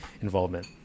involvement